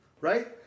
right